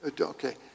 Okay